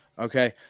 Okay